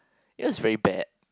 it was very bad